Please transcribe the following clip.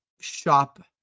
shop